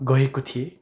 गएको थिएँ